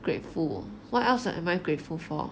grateful what else am I grateful for